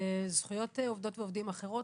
ובזכויות עובדות ועובדים אחרות,